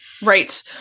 Right